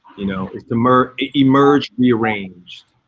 you know, is emerge emerge rearranged.